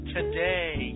Today